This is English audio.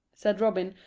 said robin,